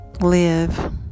live